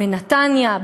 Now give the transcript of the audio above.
בנתניה,